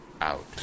out